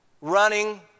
running